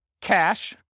cash